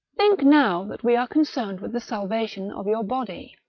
think now that we are con cerned with the salvation of your body.